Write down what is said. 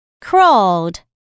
Crawled